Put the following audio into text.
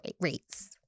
rates